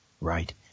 Right